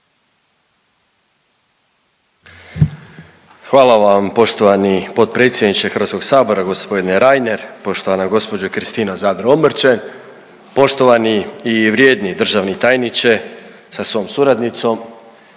Hvala vam poštovani potpredsjedniče HS g. Reiner, poštovana gđo. Kristina Zadro Omrčen, poštovani i vrijedni državni tajniče sa svojom suradnicom,